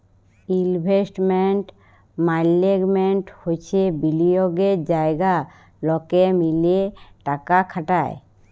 investment management হচ্যে বিলিয়গের জায়গা লকে মিলে টাকা খাটায়